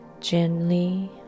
gently